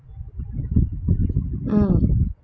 mm